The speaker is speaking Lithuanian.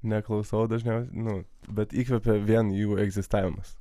neklausau dažniausiai nu bet įkvepia vien jų egzistavimas